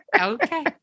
Okay